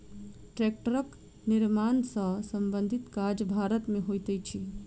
टेक्टरक निर्माण सॅ संबंधित काज भारत मे होइत अछि